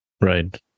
right